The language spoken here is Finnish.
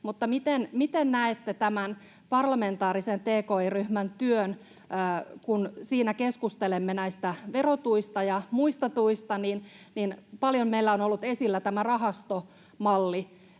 miten näette tämän parlamentaarisen tki-ryhmän työn. Kun siinä keskustelemme näistä verotuista ja muista tuista, niin paljon meillä on ollut esillä tämä rahastomalli,